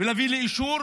ולהביא לאישור,